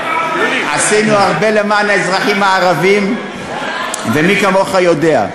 עשינו הרבה למען האזרחים הערבים, ומי כמוך יודע.